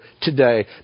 today